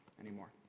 anymore